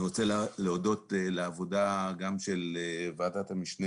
אני רוצה להודות על העבודה גם של ועדת המשנה